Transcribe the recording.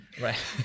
Right